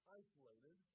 isolated